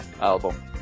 Album